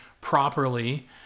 properly